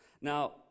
Now